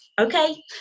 Okay